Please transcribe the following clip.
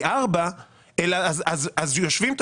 היא 4. אגב,